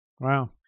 Wow